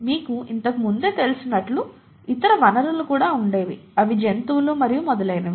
మీకు ఇంతకు ముందే తెలిసినట్లు ఇతర వనరులు కూడా ఉండేవి అవి జంతువులు మరియు మొదలగునవి